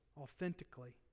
authentically